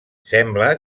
sembla